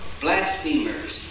blasphemers